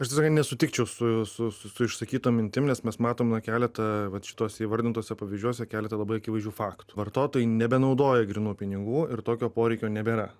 aš tikrai nesutikčiau su išsakyta mintim nes mes matome na keletą va šituose įvardintuose pavyzdžiuose keletą labai akivaizdžių faktų vartotojai nebenaudoja grynų pinigų ir tokio poreikio nebėra